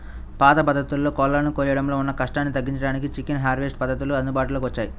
పాత పద్ధతుల్లో కోళ్ళను కోయడంలో ఉన్న కష్టాన్ని తగ్గించడానికే చికెన్ హార్వెస్ట్ పద్ధతులు అందుబాటులోకి వచ్చాయి